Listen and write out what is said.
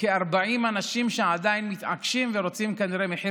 לכ-40 אנשים שעדיין מתעקשים ורוצים כנראה מחיר